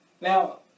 Now